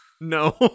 No